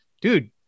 dude